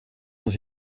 dans